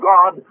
God